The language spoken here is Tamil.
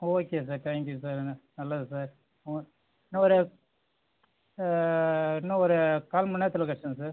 ஓகே சார் தேங்க்யூ சார் ந நல்லது சார் இன்னும் ஒரு இன்னும் ஒரு கால்மணி நேரத்தில் கெடைச்சிடும் சார்